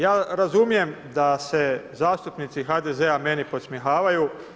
Ja razumijem da se zastupnici HDZ-a meni podsmjehavaju.